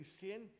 sin